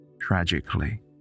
Tragically